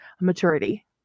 maturity